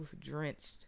drenched